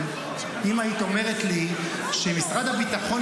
-- שמשרד הביטחון,